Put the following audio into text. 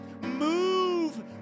move